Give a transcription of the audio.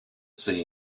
see